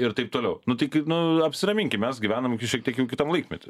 ir taip toliau nu tai kaip nu apsiraminkim mes gyvename juk šiek tiek jau kitam laikmety